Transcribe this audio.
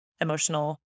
emotional